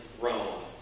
Rome